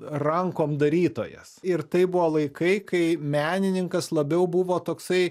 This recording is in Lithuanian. rankom darytojas ir tai buvo laikai kai menininkas labiau buvo toksai